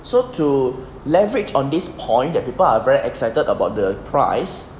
so to leverage on this point that people are very excited about the prize